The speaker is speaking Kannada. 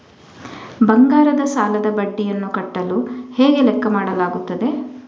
ಬಂಗಾರದ ಸಾಲದ ಬಡ್ಡಿಯನ್ನು ಕಟ್ಟಲು ಹೇಗೆ ಲೆಕ್ಕ ಮಾಡಲಾಗುತ್ತದೆ?